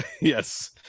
Yes